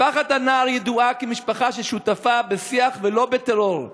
משפחת הנער ידועה כמשפחה ששותפה בשיח ולא בטרור.